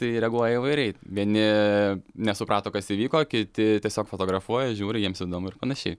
tai reaguoja įvairiai vieni nesuprato kas įvyko kiti tiesiog fotografuoja žiūri jiems įdomu ir panašiai